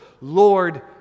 Lord